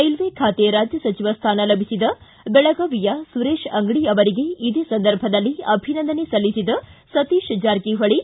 railway ಖಾತೆ ರಾಜ್ಯ ಸಚಿವ ಸ್ಥಾನ ಲಭಿಸಿದ ಬೆಳಗಾವಿಯ ಸುರೇಶ ಅಂಗಡಿ ಅವರಿಗೆ ಅಭಿನಂದನೆ ಸಲ್ಲಿಸಿದ ಸತೀಶ್ ಜಾರಕಿಹೊಳಿ